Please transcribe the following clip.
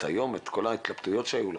את היום ואת כל ההתלבטויות שהיו לו.